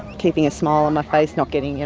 keeping a smile on my face, not getting,